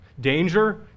Danger